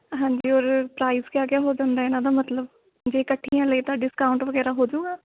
ਹਾਂਜੀ ਔਰ ਪ੍ਰਾਈਜ਼ ਕਿਆ ਕਿਆ ਹੋ ਜਾਂਦਾ ਇਹਨਾਂ ਦਾ ਮਤਲਬ ਜੇ ਇਕੱਠੀਆਂ ਲਏ ਤਾਂ ਡਿਸਕਾਊਂਟ ਵਗੈਰਾ ਹੋਜੂਗਾ